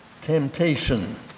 temptation